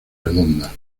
redondas